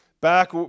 back